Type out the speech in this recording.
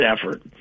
effort